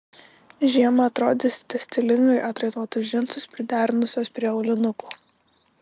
žiemą atrodysite stilingai atraitotus džinsus priderinusios prie aulinukų